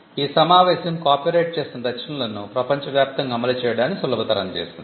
ఈ సమావేశం కాపీరైట్ చేసిన రచనలను ప్రపంచవ్యాప్తంగా అమలు చేయడాన్ని సులభతరం చేసింది